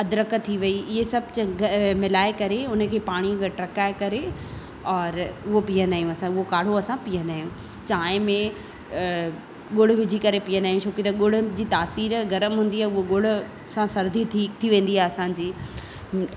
अदरक थी वई इहे सभु चङा मिलाए करे उन खे पाणी में टहिकाए करे और उहो पीअंदा आहियूं असां उहो काढ़ो असां पीअंदा आहियूं चाहिं में गुड़ विझी करे पीअंदा आहियूं छो कि गुड़ जी तासीर गरम हूंदी आहे गुड़ सां सर्दी ठीकु थी वेंदी आहे असांजी